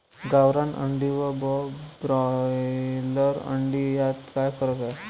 गावरान अंडी व ब्रॉयलर अंडी यात काय फरक आहे?